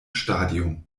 stadium